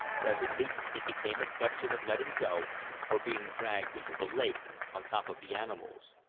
presently it became a question of letting go or being dragged into the lake on top of the animals.